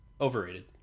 Overrated